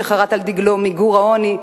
שחרת על דגלו את מיגור העוני,